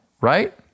right